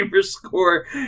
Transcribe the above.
score